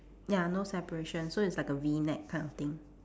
ya no separation so it's like a V neck kind of thing